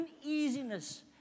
uneasiness